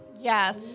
Yes